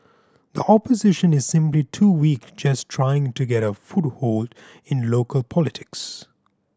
the Opposition is simply too weak just trying to get a foothold in local politics